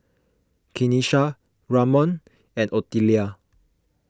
Kenisha Ramon and Otelia